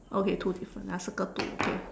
okay two difference I circle two okay